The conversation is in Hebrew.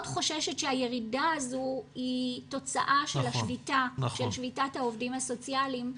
חוששת שהירידה הזו היא תוצאה של שביתת העובדים הסוציאליים.